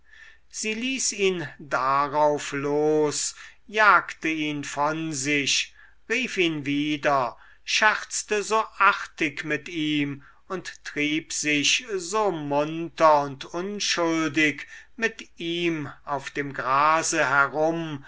sie ließ ihn darauf los jagte ihn von sich rief ihn wieder scherzte so artig mit ihm und trieb sich so munter und unschuldig mit ihm auf dem grase herum